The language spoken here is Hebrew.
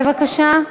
בבקשה.